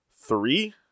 three